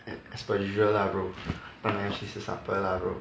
eh as per usual lah bro 当然要去吃 supper lah bro